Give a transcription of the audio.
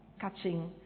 catching